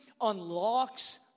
unlocks